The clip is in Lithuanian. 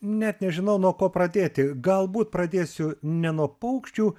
net nežinau nuo ko pradėti galbūt pradėsiu ne nuo paukščių